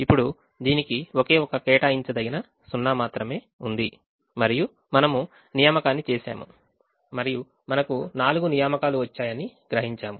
ఇప్పుడు దీనికి ఒకే ఒక కేటాయించదగిన సున్నా మాత్రమే ఉంది మరియు మనము నియామకాన్ని చేసాము మరియు మనకు నాలుగు నియామకాలు వచ్చాయని గ్రహించాము